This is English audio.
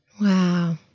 Wow